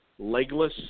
Legless